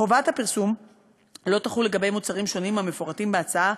חובת הפרסום לא תחול על מוצרים שונים המפורטים בהצעה,